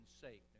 sake